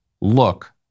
look